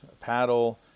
paddle